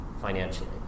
financially